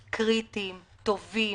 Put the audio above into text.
קריטיים, טובים,